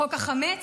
חוק החמץ,